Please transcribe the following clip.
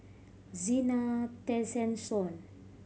Zena Tessensohn